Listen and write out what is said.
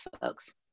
folks